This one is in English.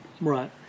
Right